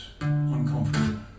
uncomfortable